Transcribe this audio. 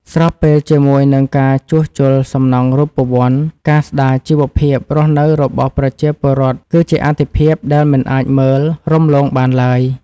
ស្របពេលជាមួយនឹងការជួសជុលសំណង់រូបវន្ត ការស្តារជីវភាពរស់នៅរបស់ប្រជាពលរដ្ឋគឺជាអាទិភាពដែលមិនអាចមើលរំលងបានឡើយ។